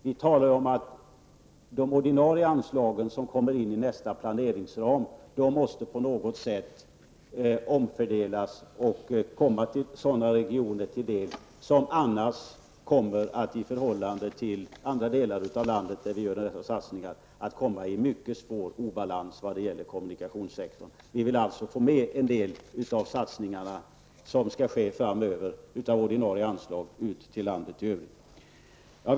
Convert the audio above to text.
Vi talar om att de ordinarie anslag som ingår i nästa planeringsram på något sätt måste omfördelas och komma sådana regioner till del som annars, i förhållande till de delar av landet där dessa satsningar görs, kommer att hamna i mycket svår obalans när det gäller kommunikationssektorn. Vi vill alltså att en del av ordinarie anslag i de satsningar som skall ske framöver skall gå ut till landet i övrigt.